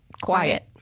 quiet